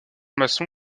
maçon